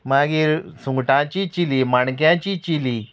मागीर सुंगटांची चिली माणक्याची चिली